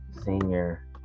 Senior